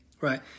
right